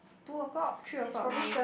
two o-clock three o-clock